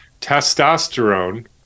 testosterone